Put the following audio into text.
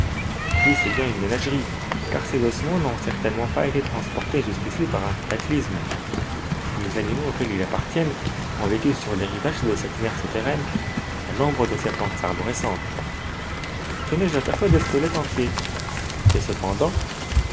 oui c'est bien une ménagerie car ces ossements n'ont certainement pas été transportés jusqu'ici par un cataclysme les animaux auxquels ils appartiennent ont vécu sur les rivages de cette mer souterraine à l'ombre de ces plantes arborescentes tenez j'aperçois des squelettes entiers et cependant